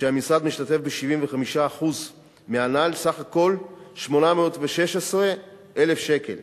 והמשרד משתתף ב-75% מהנ"ל, סך הכול 816,000 שקלים.